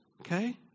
Okay